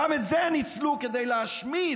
גם את זה ניצלו כדי להשמיד